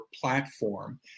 platform